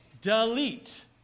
delete